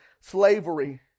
slavery